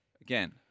Again